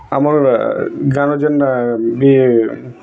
ଆମର୍ ଗାଁର ଯେନ୍ ବି